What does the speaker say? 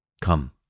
come